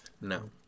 No